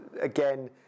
again